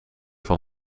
van